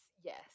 yes